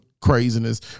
craziness